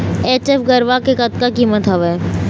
HF गरवा के कतका कीमत हवए?